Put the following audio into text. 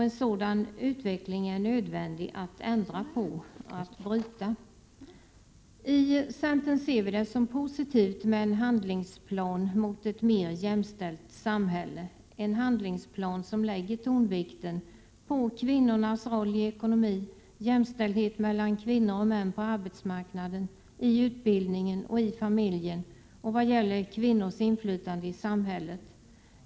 En sådan utveckling är det nödvändigt att förändra, att bryta. I centern ser vi en handlingsplan som siktar mot ett mer jämställt samhälle som positiv — en handlingsplan där tonvikten läggs på kvinnornas roll i ekonomin, på jämställdhet mellan kvinnor och män på arbetsmarknaden, i utbildningen och i familjen samt på kvinnors inflytande i samhället.